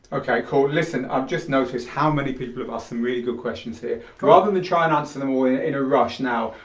okay cool, listen i've just noticed how many people have ah some really good questions here. rather than try and answer them all in a rush now,